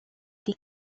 die